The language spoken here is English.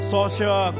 Social